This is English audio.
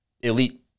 elite